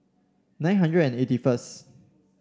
nine hundred and eighty first